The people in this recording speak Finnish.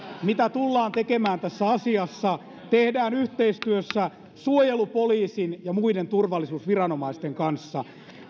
mitä tullaan tekemään tässä asiassa tehdään yhteistyössä suojelupoliisin ja muiden turvallisuusviranomaisten kanssa